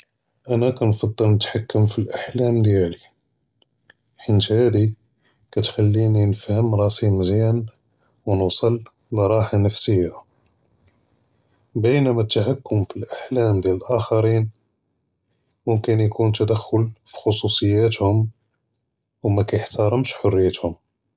אַנָא כַּנְפַדֵּל נִתְחַכֵּם פִּי אֶלְאַחְלַאם דִּיַאלִי, חֵית הָאדִי כַּתְחַלְּינִי נְפְהֵם רַאסִי מְזְיַאן וְנוֹסְל מַרַאחֵל נַפְסִיָּה, בֵּנְמְבַּרָא אֶלְתַּחְכּוּם פִּי אֶלְאַחְלַאם דִּיַאל אֶלְאַחְרִין מֻכְתַּנְיֵן יְקוּן תַּדְחוּל פִּיקְּחוּסִיַּאתְהוֹם וְמַא כַּיְחְתַארְמוּש חֲרִיַּתְהוֹם.